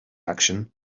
action